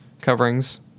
coverings